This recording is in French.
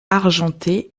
argenté